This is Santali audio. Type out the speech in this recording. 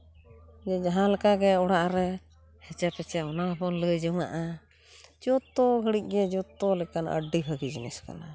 ᱡᱮ ᱡᱟᱦᱟᱸ ᱞᱮᱠᱟ ᱜᱮ ᱚᱲᱟᱜ ᱨᱮ ᱦᱮᱪᱮ ᱯᱮᱪᱮ ᱚᱱᱟ ᱦᱚᱸ ᱵᱚᱱ ᱞᱟᱹᱭ ᱡᱚᱝᱟᱜᱼᱟ ᱡᱚᱛᱚ ᱜᱷᱟᱹᱲᱤᱡ ᱜᱮ ᱡᱚᱛᱚ ᱞᱮᱠᱟᱱ ᱟᱹᱰᱤ ᱵᱷᱟᱹᱜᱤ ᱡᱤᱱᱤᱥ ᱠᱟᱱᱟ